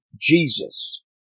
Jesus